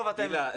גילה,